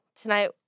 tonight